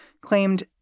claimed